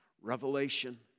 Revelation